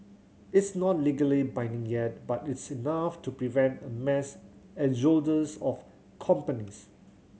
it's not legally binding yet but it's enough to prevent a mass exodus of companies